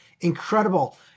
Incredible